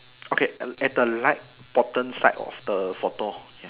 okay at the right bottom side of the photo ya